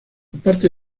aparte